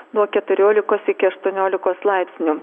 nuo keturiolikos iki aštuoniolikos laipsnių